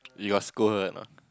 you got scold her or not